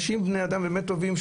בני אדם באמת טובים,